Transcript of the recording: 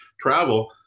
travel